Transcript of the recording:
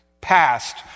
past